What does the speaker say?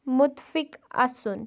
مُتفِق اَسُن